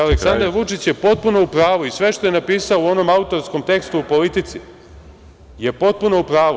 Aleksandar Vučić je potpuno u pravu i sve što je napisao u onom autorskom tekstu u „Politici“ je potpuno u pravu.